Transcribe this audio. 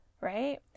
Right